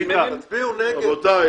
סליחה,